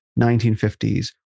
1950s